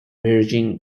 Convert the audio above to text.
virgin